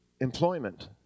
employment